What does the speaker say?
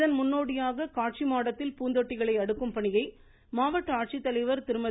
இதன் முன்னோடியாக காட்சி மாடத்தில் பூந்தொட்டிகளை அடுக்கும் பணியை மாவட்ட ஆட்சித்தலைவர் திருமதி